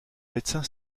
médecin